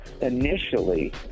Initially